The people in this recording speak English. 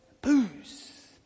booze